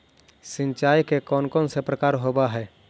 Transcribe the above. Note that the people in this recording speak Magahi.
सिंचाई के कौन कौन से प्रकार होब्है?